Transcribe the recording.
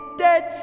dead